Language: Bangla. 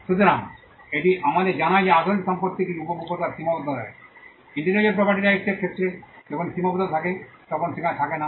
সুতরাং এটি আমাদের জানায় যে আসল সম্পত্তিটির উপভোগের সীমাবদ্ধতা রয়েছে ইন্টেলেকচুয়াল প্রপার্টি রাইটস এর ক্ষেত্রে যখন এই সীমাবদ্ধতা থাকে তখন সেখানে থাকে না